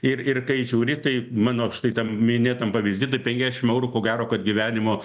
ir ir kai žiūri tai mano štai tam minėtam pavyzdy tai penkiasdešim eurų ko gero kad gyvenimo